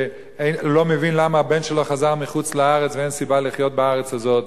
שהוא לא מבין למה הבן שלו חזר מחוץ-לארץ ואין סיבה לחיות בארץ הזאת,